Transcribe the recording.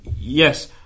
yes